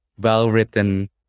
well-written